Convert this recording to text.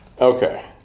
Okay